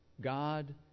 God